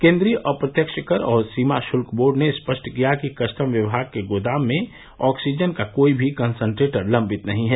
केन्द्रीय अप्रत्यक्ष कर और सीमा शुल्क बोर्ड ने स्पष्ट किया कि कस्टम विभाग के गोदाम में ऑक्सीजन का कोई भी कंसंट्रेटर लंबित नहीं है